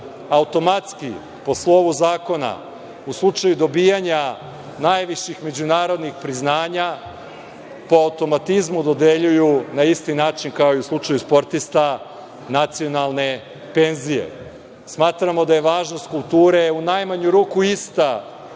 automatski, po slovu zakona, u slučaju dobijanja najviših međunarodnih priznanja, po automatizmu, dodeljuju na isti način, kao i u slučaju sportista, nacionalne penzije. Smatramo da je važnost kulture, u najmanju ruku, ista